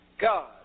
God